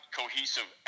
cohesive